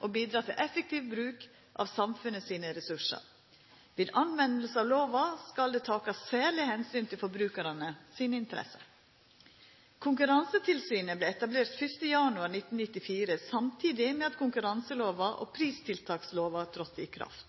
å bidra til effektiv bruk av samfunnet sine ressursar. Ved bruk av lova skal det takast særleg omsyn til forbrukarane sine interesser. Konkurransetilsynet vart etablert 1. januar 1994, samtidig med at konkurranselova og pristiltakslova tredde i kraft.